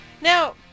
Now